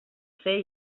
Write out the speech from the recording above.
fer